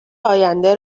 آینده